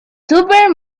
super